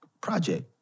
project